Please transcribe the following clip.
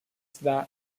that